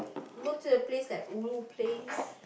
go to a place like ulu place